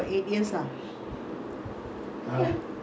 we bought in uh nineteen seventy nine we moved there